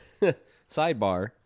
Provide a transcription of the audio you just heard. sidebar